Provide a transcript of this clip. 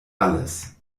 alles